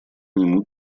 нему